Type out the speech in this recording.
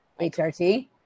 HRT